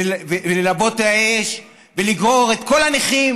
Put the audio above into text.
וללבות האש ולגרור את כל הנכים